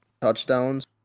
touchdowns